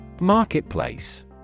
Marketplace